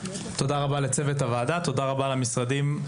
תודה רבה לצוות הוועדה, תודה רבה למשרדים.